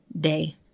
day